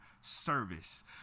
service